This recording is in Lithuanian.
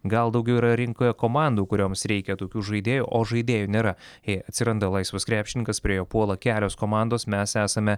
gal daugiau yra rinkoje komandų kurioms reikia tokių žaidėjų o žaidėjų nėra jei atsiranda laisvas krepšininkas prie jo puola kelios komandos mes esame